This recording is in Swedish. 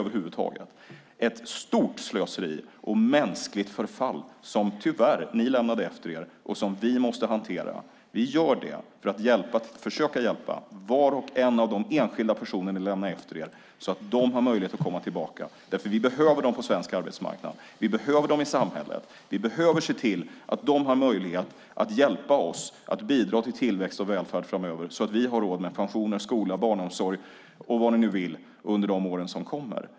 Det är ett stort slöseri, och det är ett mänskligt förfall som ni tyvärr lämnade efter er och som vi måste hantera. Vi gör det för att försöka hjälpa var och en av de personer ni lämnade efter er, så att de har möjlighet att komma tillbaka. Vi behöver nämligen dem på svensk arbetsmarknad. Vi behöver dem i samhället. Vi behöver se till att de har möjlighet att hjälpa oss att bidra till tillväxt och välfärd framöver, så att vi har råd med pensioner, skola, barnomsorg och vad ni nu vill under de år som kommer.